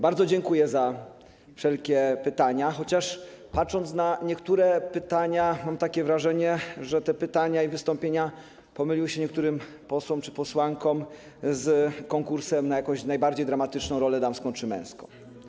Bardzo dziękuję za wszelkie pytania, chociaż patrząc na niektóre z nich, odniosłem takie wrażenie, że te pytania i wystąpienia pomyliły się niektórym posłom czy posłankom z konkursem na jakąś najbardziej dramatyczną rolę damską czy męską.